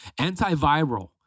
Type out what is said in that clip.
Antiviral